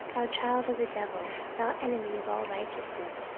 thou child of the devil, thou enemy of all righteousness,